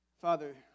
Father